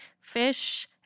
fish